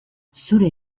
zure